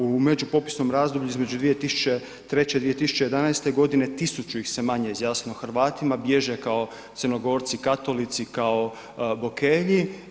U međupopisnom razdoblju između 2003. i 2011. godine tisuću ih se manje izjasnilo Hrvatima, bježe kao Crnogorci, Katolici kao Bokelji.